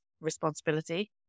responsibility